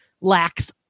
lacks